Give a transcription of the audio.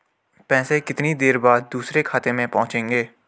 पैसे कितनी देर बाद दूसरे खाते में पहुंचेंगे?